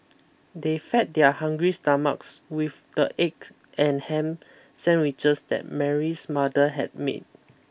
they fed their hungry stomachs with the egg and ham sandwiches that Mary's mother had made